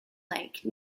lake